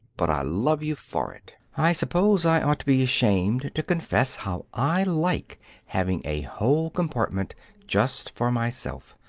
but i love you for it. i suppose i ought to be ashamed to confess how i like having a whole compartment just for myself.